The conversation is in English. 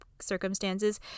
circumstances